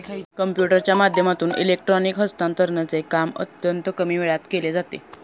कम्प्युटरच्या माध्यमातून इलेक्ट्रॉनिक हस्तांतरणचे काम अत्यंत कमी वेळात केले जाते